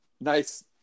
nice